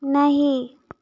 नहीं